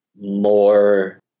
more